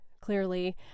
clearly